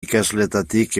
ikasleetatik